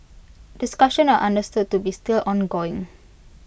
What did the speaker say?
discussion are understood to be still ongoing